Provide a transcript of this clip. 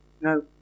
No